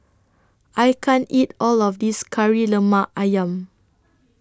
I can't eat All of This Kari Lemak Ayam